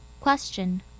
Question